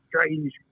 strange